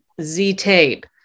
Z-tape